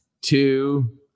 two